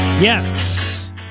Yes